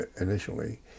initially